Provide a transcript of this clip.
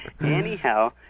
Anyhow